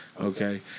okay